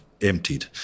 emptied